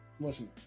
Listen